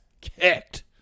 kicked